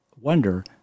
wonder